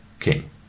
King